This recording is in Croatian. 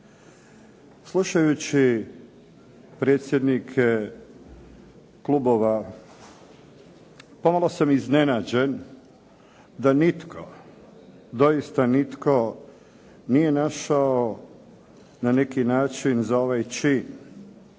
Slušajući predsjednike klubova pomalo sam iznenađen da nitko, doista nitko, nije našao na neki način za ovaj čin